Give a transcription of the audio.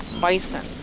bison